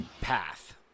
path